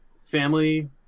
family